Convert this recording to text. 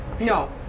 No